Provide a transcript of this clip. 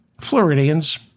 Floridians